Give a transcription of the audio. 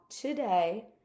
today